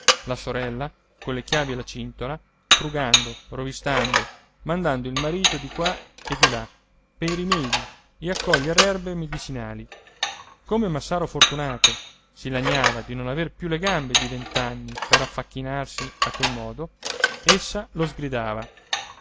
colle chiavi alla cintola frugando rovistando mandando il marito di qua e di là pei rimedi e a coglier erbe medicinali come massaro fortunato si lagnava di non aver più le gambe di vent'anni per affacchinarsi a quel modo essa lo sgridava